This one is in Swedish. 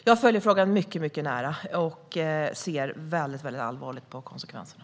Jag följer frågan mycket nära och ser väldigt allvarligt på konsekvenserna.